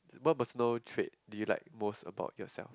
what personal trait do you like most about yourself